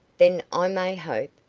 then i may hope?